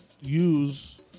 use